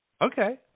Okay